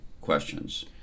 questions